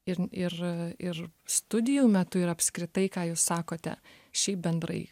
irn ir a ir studijų metu ir apskritai ką jūs sakote šiaip bendrai